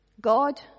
God